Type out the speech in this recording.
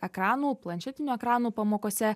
ekranų planšetinių ekranų pamokose